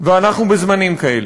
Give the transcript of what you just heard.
ואנחנו בזמנים כאלה.